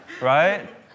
right